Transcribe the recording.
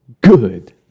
good